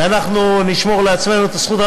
ואנחנו נשמור לעצמנו את הזכות.